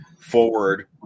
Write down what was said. forward